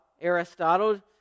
Aristotle